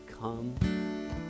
come